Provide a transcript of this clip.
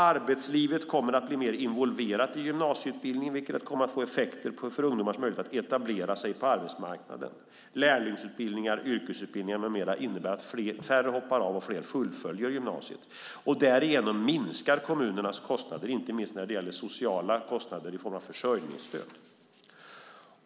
Arbetslivet kommer att bli mer involverat i gymnasieutbildningen, vilket kommer att få effekter för ungdomars möjligheter att etablera sig på arbetsmarknaden. Lärlingsutbildningar, yrkesutbildningar med mera innebär att färre hoppar av och fler fullföljer gymnasiet. Därigenom minskar kommunernas kostnader, inte minst när det gäller sociala kostnader i form av försörjningsstöd.